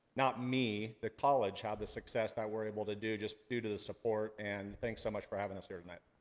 not me, the college, have the success that we're able to do, just due to the support, and thanks so much for having us here tonight.